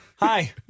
Hi